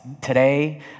today